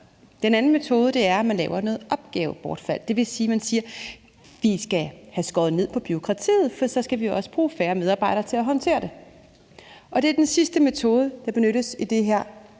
Den anden metode er, at man laver noget opgavebortfald, og det vil sige, at man siger: Vi skal have skåret ned på bureaukratiet, for så skal vi også bruge færre medarbejdere til at håndtere det. Det er den sidste metode, der benyttes i det her